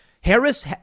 Harris